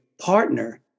partner